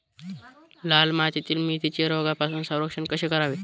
लाल मातीतील मेथीचे रोगापासून संरक्षण कसे करावे?